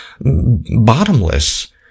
bottomless